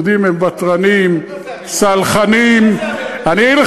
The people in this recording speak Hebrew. יהודים הם ותרנים, מה זה המילים האלה?